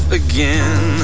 again